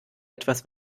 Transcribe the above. etwas